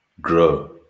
grow